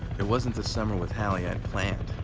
it wasn't the summer with hallie i planned.